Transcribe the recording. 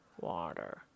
Water